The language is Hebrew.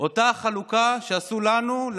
אותה חלוקה שעשו לנו,